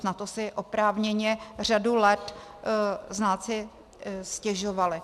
Na to si oprávněně řadu let znalci stěžovali.